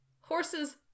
Horses